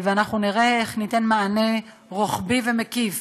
ונראה איך ניתן מענה רוחבי, מקיף